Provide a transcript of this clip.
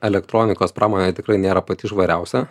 elektronikos pramonė tikrai nėra pati švariausia